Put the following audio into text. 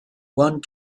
one